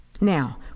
Now